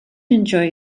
enjoy